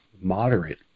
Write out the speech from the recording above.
moderate